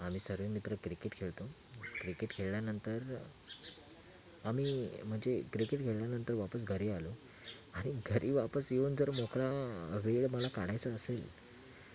आम्ही सर्व मित्र क्रिकेट खेळतो क्रिकेट खेळल्यानंतर आम्ही म्हणजे क्रिकेट खेळल्यानंतर वापस घरी आलो आणि घरी वापस येऊन जर मोकळा वेळ मला काढायचा असेल